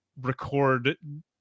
record